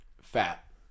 Fat